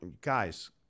guys